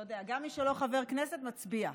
אתה יודע, גם מי שלא חבר כנסת מצביע.